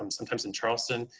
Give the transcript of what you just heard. um sometimes in charleston,